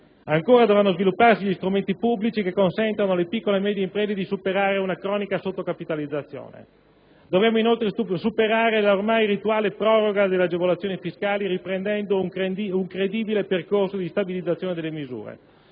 Ancora: dovranno svilupparsi gli strumenti pubblici che consentano alle piccole e medie imprese di superare una cronica sottocapitalizzazione. Dovremmo inoltre superare l'ormai rituale proroga delle agevolazioni fiscali, riprendendo un credibile percorso di stabilizzazione delle misure.